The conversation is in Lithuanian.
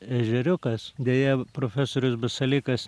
ežeriukas deja profesorius basalykas